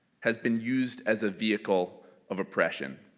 has been used as a vehicle of oppression.